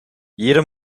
jeder